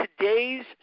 today's